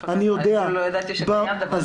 אפילו לא ידעתי שקיים דבר כזה.